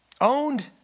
owned